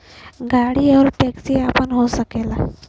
गाड़ी आउर टैक्सी आपन हो सकला